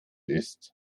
ist